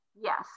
yes